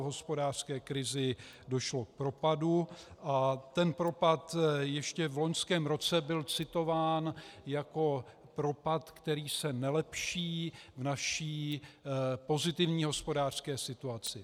V hospodářské krizi došlo k propadu a ten propad ještě v loňském roce byl citován jako propad, který se nelepší v naší pozitivní hospodářské situaci.